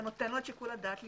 אתה נותן לו את שיקול הדעת.